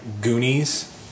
Goonies